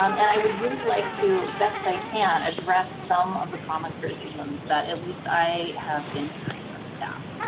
um and i would really like to best i can address some of the common criticisms that at least i have been hearing from staff.